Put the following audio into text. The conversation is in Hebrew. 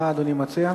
מה אדוני מציע?